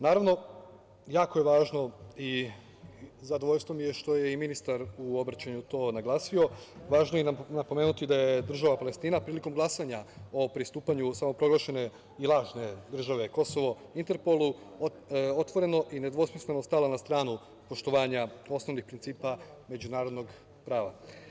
Naravno, jako je važno i zadovoljstvo mi je što je i ministar u obraćanju to naglasio, važno je napomenuti da je država Palestina prilikom glasanja o pristupanju samoproglašene i lažne države Kosovo Interpolu, otvoreno i nedvosmisleno stala na stranu poštovanja osnovnih principa međunarodnog prava.